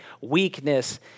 weakness